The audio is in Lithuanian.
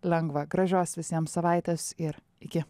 lengva gražios visiems savaites ir iki